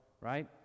right